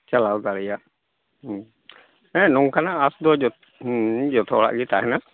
ᱪᱟᱞᱟᱣ ᱫᱟᱲᱮᱭᱟᱜ ᱦᱩᱸ ᱦᱮᱸ ᱱᱚᱝᱠᱟᱱᱟᱜ ᱟᱸᱥ ᱫᱚ ᱡᱚᱛᱚ ᱦᱩᱸ ᱡᱚᱛᱚ ᱦᱚᱲᱟᱜ ᱜᱮ ᱛᱟᱦᱮᱱᱟ